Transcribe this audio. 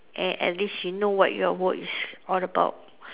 and at least you know what your work is all about